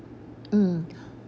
mm